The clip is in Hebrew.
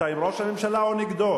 אתה עם ראש הממשלה או נגדו?